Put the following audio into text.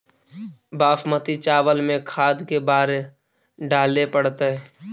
बासमती चावल में खाद के बार डाले पड़तै?